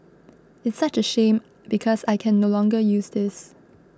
it's such a shame because I can no longer use this